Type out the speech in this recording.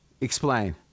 Explain